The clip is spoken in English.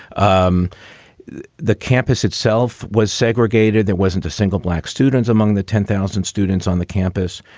um the campus itself was segregated. there wasn't a single black students among the ten thousand students on the campus.